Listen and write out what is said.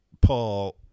Paul